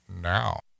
now